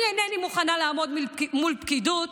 אני אינני מוכנה לעמוד מול פקידות